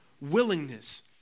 willingness